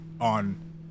on